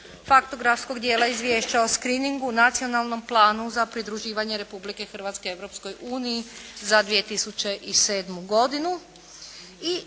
faktografskog dijela izvješća o skriningu, Nacionalnom planu za pridruživanje Republike Hrvatske Europskoj uniji za 2007. godinu.